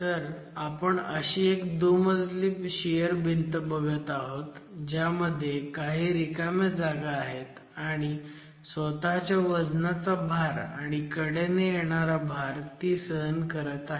तर आपण अशी एक दुमजली शियर भिंत बघत आहोत ज्यामध्ये काही रिकाम्या जागा आहेत आणि स्वतःच्या वजनाचा भार आणि कडेने येणारा भार ती सहन करत आहे